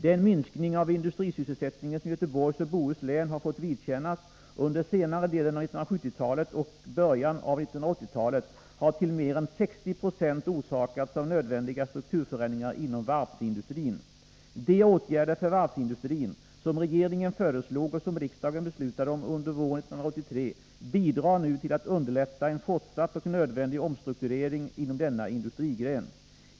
Den minskning av industrisysselsättningen som Göteborgs och Bohus län har fått vidkännas under senare delen av 1970-talet och början av 1980-talet har till mer än 60 96 orsakats av nödvändiga strukturförändringar inom varvsindustrin. De åtgärder för varvsindustrin som regeringen föreslog och som riksdagen beslutade om under våren 1983 bidrar nu till att underlätta en fortsatt och nödvändig omstrukturering inom denna industrigren.